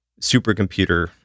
supercomputer